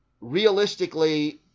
realistically